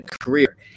career